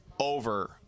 Over